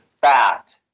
fat